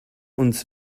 uns